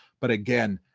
but again,